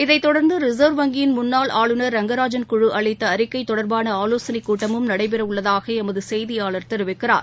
இதைத் தொடர்ந்து ரிசர்வ் வங்கியின் முன்னாள் ஆளுநர் ரங்கராஜன் குழு அளித்த அறிக்கை தொடர்பான ஆலோசனை கூட்டமும் நடைபெறவுள்ளதாக எமது செய்தியாளர் தெரிவிக்கிறார்